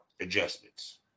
adjustments